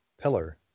pillar